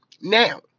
Now